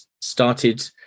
started